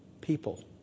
people